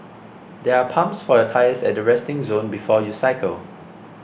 there are pumps for your tyres at the resting zone before you cycle